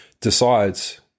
decides